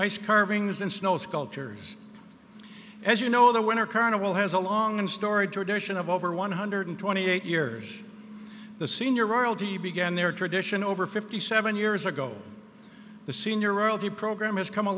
ice carvings and snow sculptures as you know the winter carnival has a long and storied tradition of over one hundred twenty eight years the senior royalty began their tradition over fifty seven years ago the senior royalty program has come a